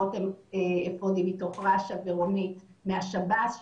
רותם מתוך רש"א ורונית מהשב"ס,